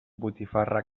botifarra